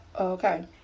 Okay